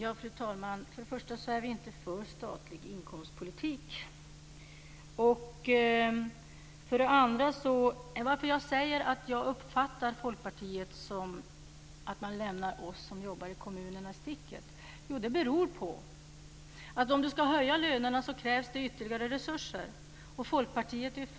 Fru talman! För det första är vi inte för statlig inkomstpolitik. För det andra är anledningen till att jag uppfattar det så att Folkpartiet lämnar oss som jobbar i kommunerna i sticket att det krävs ytterligare resurser om man ska höja lönerna.